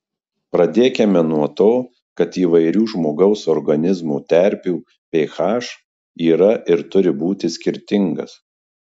pradėkime nuo to kad įvairių žmogaus organizmo terpių ph yra ir turi būti skirtingas